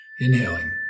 Inhaling